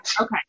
Okay